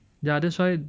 ya that's why